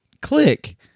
Click